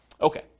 Okay